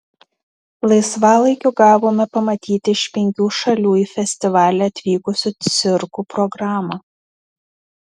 laisvalaikiu gavome pamatyti iš penkių šalių į festivalį atvykusių cirkų programą